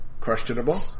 Questionable